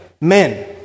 men